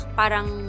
parang